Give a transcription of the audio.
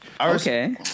Okay